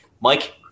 Mike